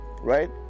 right